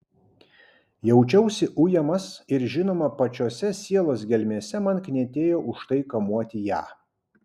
jaučiausi ujamas ir žinoma pačiose sielos gelmėse man knietėjo už tai kamuoti ją